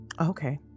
okay